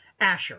Asher